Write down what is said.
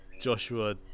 Joshua